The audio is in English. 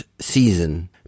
season